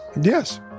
Yes